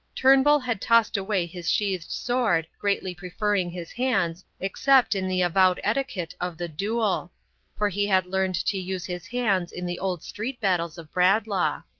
turnbull had tossed away his sheathed sword, greatly preferring his hands, except in the avowed etiquette of the duel for he had learnt to use his hands in the old street-battles of bradlaugh.